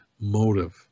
motive